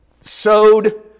sowed